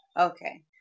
okay